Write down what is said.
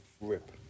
Rip